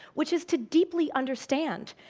which is to deeply understand,